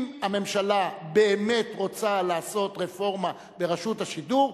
אם הממשלה באמת רוצה לעשות רפורמה ברשות השידור,